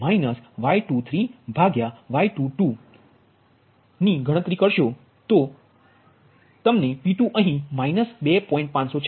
તેથી જો તમે આવું કરો છો તો તમને P2 અહીં માઈનસ 2